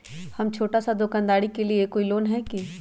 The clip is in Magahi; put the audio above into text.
हम छोटा सा दुकानदारी के लिए कोई लोन है कि?